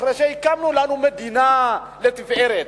אחרי שהקמנו לנו מדינה לתפארת,